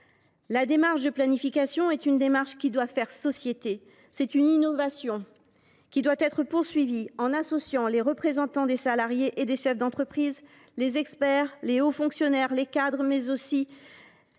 La démarche de planification doit faire société. C’est une innovation qui doit être poursuivie en associant les représentants des salariés et des chefs d’entreprise, les experts, les hauts fonctionnaires, les cadres, mais aussi